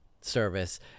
service